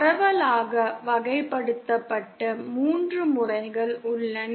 பரவலாக வகைப்படுத்தப்பட்ட 3 முறைகள் உள்ளன